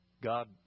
God